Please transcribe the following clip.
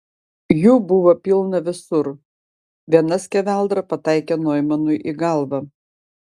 jų buvo pilna visur viena skeveldra pataikė noimanui į galvą